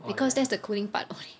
because that's the cooling part only